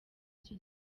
iki